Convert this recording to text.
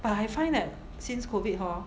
but I find that since COVID hor